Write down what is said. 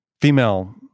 female